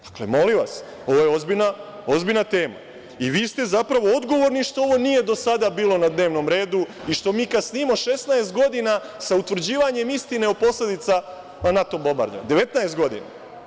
Dakle, molim vas, ovo je ozbiljna tema i vi ste zapravo odgovorni što ovo nije do sada bilo na dnevnom redu i što mi kasnimo 16 godina sa utvrđivanjem istine o posledicama NATO bombardovanja, 19 godina.